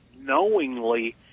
knowingly